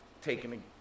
taken